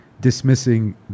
dismissing